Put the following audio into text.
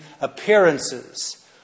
appearances